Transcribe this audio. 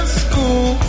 school